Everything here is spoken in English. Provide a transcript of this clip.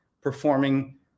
performing